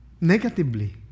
Negatively